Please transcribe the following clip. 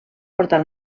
portar